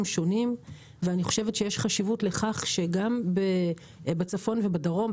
שונים ואני חושבת שיש חשיבות לכך שגם בצפון ובדרום,